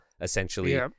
essentially